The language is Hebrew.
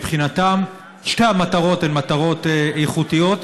מבחינתם שתי המטרות הן מטרות איכותיות.